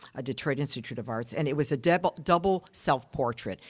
ah detroit institute of arts, and it was a double double self-portrait,